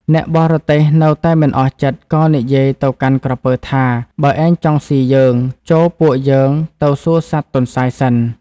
អ្នកបរទេះនៅតែមិនអស់ចិត្ត ក៏និយាយទៅកាន់ក្រពើថា "បើឯងចង់សុីយើង ចូលពួកយើងទៅសួរសត្វទន្សាយសិន"